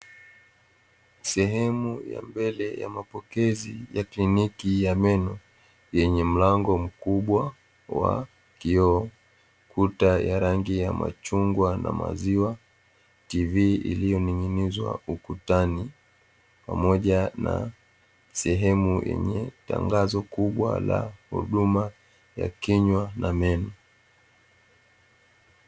Sehemu ya mbele ya mapokezi ya kliniki ya meno yenye mlango mkubwa wa kioo, kuta ya rangi ya machungwa na maziwa, TV iliyoning'inizwa ukutani pamoja na sehemu yenye tangazo kubwa la huduma ya kinywa na meno.